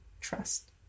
trust